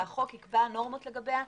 והחוק יקבע נורמות לגביה,